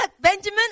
Benjamin